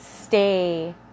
stay